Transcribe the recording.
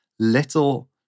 Little